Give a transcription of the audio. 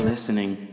listening